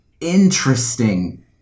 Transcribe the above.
interesting